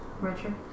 Richard